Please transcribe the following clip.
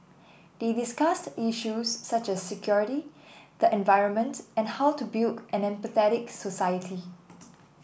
they discussed issues such as security the environment and how to build an empathetic society